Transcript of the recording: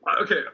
Okay